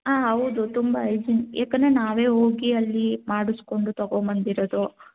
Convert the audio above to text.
ಹಾಂ ಹೌದು ತುಂಬ ಹೈಜಿನ್ ಏಕೆಂದ್ರೆ ನಾವೇ ಹೋಗಿ ಅಲ್ಲಿ ಮಾಡಿಸಿಕೊಂಡು ತಗೊಂಡು ಬಂದಿರೋದು